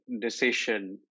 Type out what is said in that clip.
decision